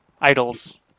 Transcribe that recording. Idols